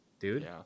Dude